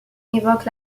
évoquent